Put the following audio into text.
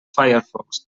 firefox